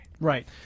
Right